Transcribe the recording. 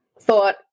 thought